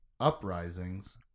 uprisings